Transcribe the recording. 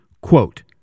Quote